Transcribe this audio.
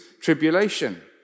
tribulation